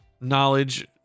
knowledge